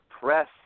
Press